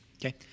Okay